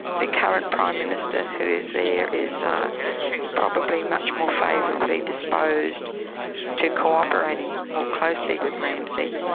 the current prime minister who's there is probably much more favourably disposed to co-operating more closely with ramsi,